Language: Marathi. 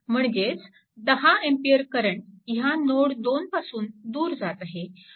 म्हणजेच 10A करंट ह्या नोड 2 पासून दूर जात आहे